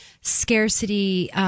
scarcity